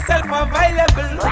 Self-available